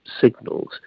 signals